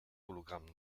hologramm